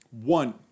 One